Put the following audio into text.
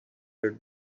her